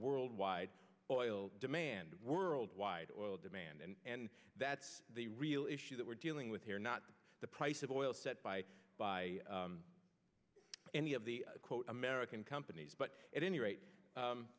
worldwide oil demand worldwide oil demand and that's the real issue that we're dealing with here not the price of oil set by by any of the quote american companies but at any